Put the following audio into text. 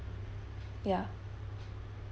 ya